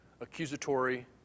accusatory